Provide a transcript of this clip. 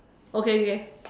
okay okay